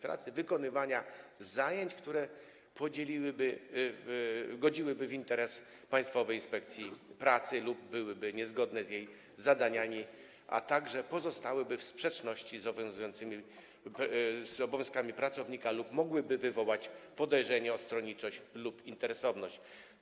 Pracy wykonywania zajęć, które godziłyby w interes Państwowej Inspekcji Pracy lub byłyby niezgodne z jej zadaniami, a także pozostałyby w sprzeczności z obowiązkami pracownika lub mogłyby wywołać podejrzenie o stronniczość lub interesowność.